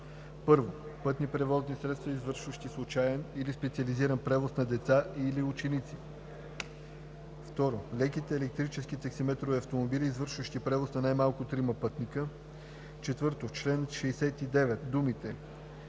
на: 1. пътните превозни средства, извършващи случен или специализиран превоз на деца и/или ученици; 2. леките електрически таксиметрови автомобили, извършващи превоз на най-малко трима пътници.“ 4. В чл. 69 думите